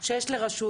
שיש לרשות.